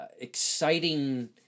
exciting